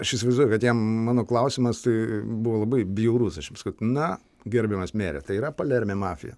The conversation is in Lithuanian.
aš įsivaizduoju kad jam mano klausimas tai buvo labai bjaurus aš jam sakau na gerbiamas mere tai yra palerme mafija